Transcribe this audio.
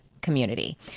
community